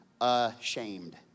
Ashamed